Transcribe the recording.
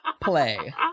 play